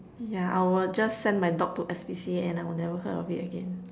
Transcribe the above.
yeah I will just send my dog to S_P_C_A and I will never heard of it again